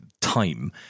time